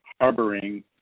harboring